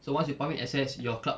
so once you pump in assets your club